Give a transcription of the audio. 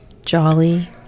jolly